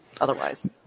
Otherwise